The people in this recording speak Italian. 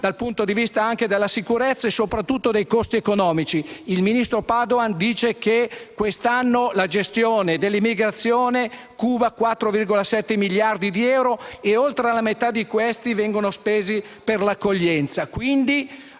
dal punto di vista della sicurezza, e soprattutto dei costi in termini economici. Il ministro Padoan dice che quest'anno la gestione dell'immigrazione cuba 4,7 miliardi di euro e oltre la metà di questi vengono spesi per l'accoglienza.